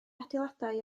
adeiladau